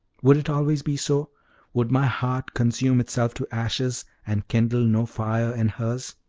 would it always be so would my heart consume itself to ashes, and kindle no fire in hers?